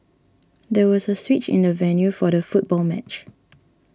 there was a switch in the venue for the football match